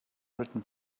written